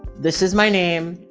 this is my name,